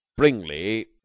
Bringley